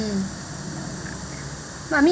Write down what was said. no I mean